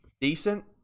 decent